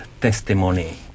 testimony